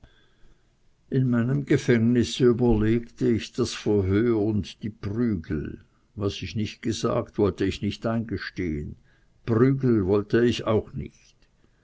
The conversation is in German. in meinem gefängnisse überlegte ich das verhör und die prügel was ich nicht gesagt wollte ich nicht eingestehen prügel wollte ich auch nicht